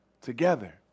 together